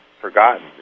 forgotten